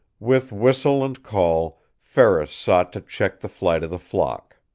with whistle and call ferris sought to check the flight of the flock.